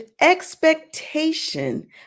expectation